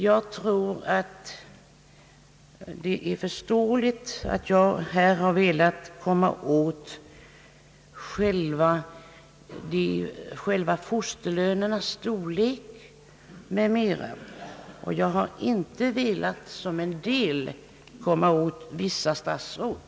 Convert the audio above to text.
Jag tror att jag har klargjort, att jag velat komma åt fosterlönernas storlek och sådana saker och att jag inte, i likhet med en del andra talare, velat komma åt vissa statsråd.